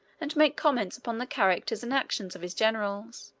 and make comments upon the characters and actions of his generals.